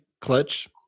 clutch